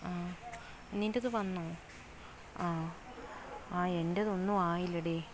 ആ നിന്റേത് വന്നോ ആ ആ എൻറേത് ഒന്നും ആയില്ല എടീ